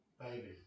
Baby